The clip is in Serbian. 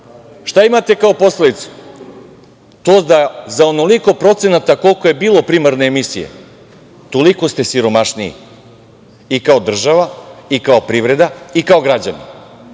imate kao posledicu? Imate to da za onoliko procenata koliko je bilo primarne emisije, toliko ste siromašniji, i kao država i kao privreda i kao građani.